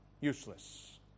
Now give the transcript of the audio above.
Useless